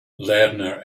lerner